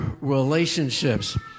relationships